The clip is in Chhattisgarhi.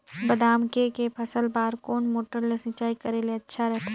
बादाम के के फसल बार कोन मोटर ले सिंचाई करे ले अच्छा रथे?